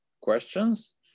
questions